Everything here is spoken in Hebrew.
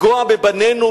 לפגוע בבנינו,